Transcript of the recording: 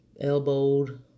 elbowed